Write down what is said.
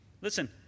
Listen